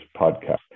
podcast